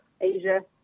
Asia